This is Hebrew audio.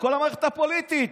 על כל המערכת הפוליטית.